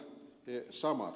no ed